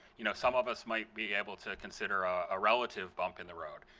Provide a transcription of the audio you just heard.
you know, some of us might be able to consider a ah relative bump in the road?